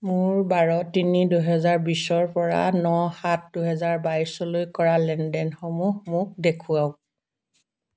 মোৰ বাৰ তিনি দুহেজাৰ বিছৰ পৰা ন সাত দুহেজাৰ বাইছলৈ কৰা লেনদেনসমূহ মোক দেখুৱাওক